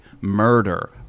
murder